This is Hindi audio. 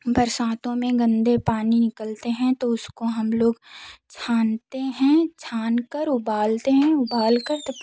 बरसातों में गंदे पानी निकलते हैं तो उसको हम लोग छानते हैं छानकर उबालते हैं उबालकर तब